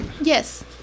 yes